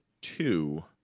two